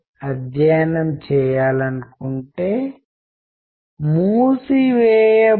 మీరు switch off అయిపోతారు కనుక ఇది అడ్డంకిగా పనిచేస్తుంది